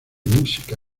música